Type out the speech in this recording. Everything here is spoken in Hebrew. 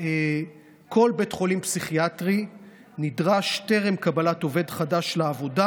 כל בית חולים פסיכיאטרי נדרש טרם קבלת עובד חדש לעבודה